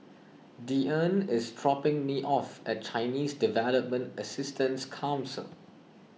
Deeann is dropping me off at Chinese Development Assistance Council